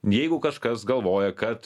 jeigu kažkas galvoja kad